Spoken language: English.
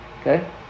Okay